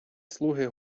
слуги